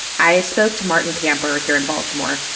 i spoke to martin camper here in baltimore.